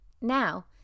Now